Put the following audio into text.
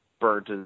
burned